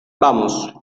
vamos